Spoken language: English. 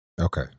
Okay